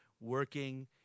working